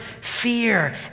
fear